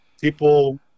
people